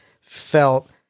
felt